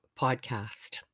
podcast